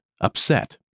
upset